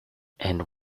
and